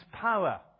power